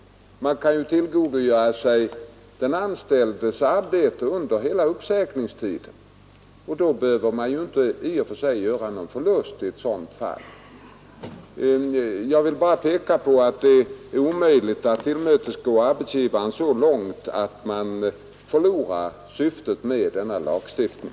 Företagaren kan ju tillgodogöra sig den anställdes arbete under hela uppsägningstiden, och i ett sådant fall behöver han inte i och för sig göra någon förlust. Jag vill ånyo peka på att det är omöjligt att tillmötesgå arbetsgivaren så långt att man förlorar syftet med denna lagstiftning.